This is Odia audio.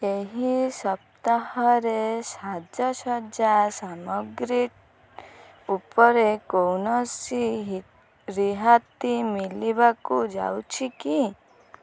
ଏହି ସପ୍ତାହରେ ସାଜସଜ୍ଜା ସାମଗ୍ରୀ ଉପରେ କୌଣସି ରିହାତି ମିଳିବାକୁ ଯାଉଛି କି